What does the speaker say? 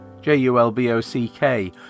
J-U-L-B-O-C-K